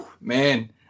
man